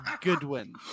Goodwin